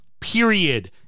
Period